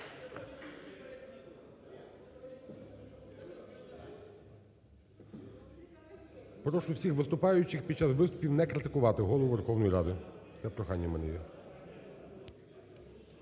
Прошу всіх виступаючих під час виступів не критикувати Голову Верховної Ради.